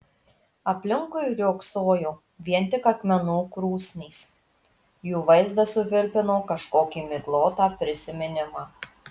aplinkui riogsojo vien tik akmenų krūsnys jų vaizdas suvirpino kažkokį miglotą prisiminimą